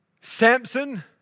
Samson